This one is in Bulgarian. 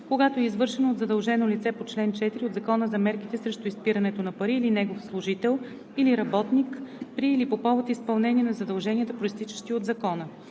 когато е извършено от задължено лице по чл. 4 от Закона за мерките срещу изпирането на пари или негов служител или работник при или по повод изпълнение на задълженията, произтичащи от закона.